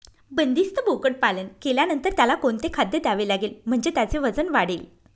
बंदिस्त बोकडपालन केल्यानंतर त्याला कोणते खाद्य द्यावे लागेल म्हणजे त्याचे वजन वाढेल?